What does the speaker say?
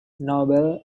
noble